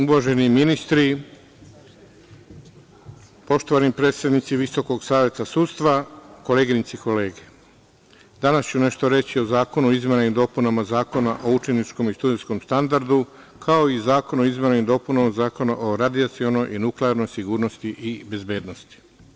Uvaženi ministri, poštovani predstavnici VSS, koleginice i kolege, danas ću nešto reći o zakonu o izmenama i dopunama Zakona o učeničkom i studentskom standardu, kao i zakonu o izmeni i dopunama Zakona o radijacionoj i nuklearnoj sigurnosti i bezbednosti.